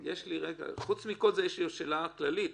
האלה --- חוץ מכל זה יש לי שאלה כללית,